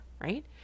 right